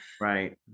Right